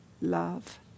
love